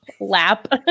lap